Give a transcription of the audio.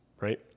right